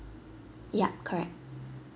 yea correct